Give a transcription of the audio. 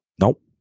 Nope